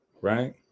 Right